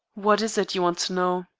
what is it you want to know?